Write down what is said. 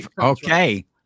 Okay